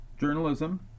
Journalism